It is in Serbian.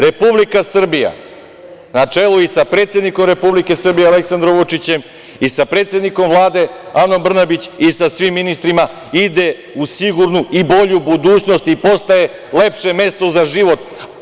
Republika Srbija, na čelu i sa predsednikom Republike Srbije Aleksandrom Vučićem i sa predsednikom Vlade Anom Branbić i sa svim ministrima, ide u sigurnu i bolju budućnost i postaje lepše mesto za život.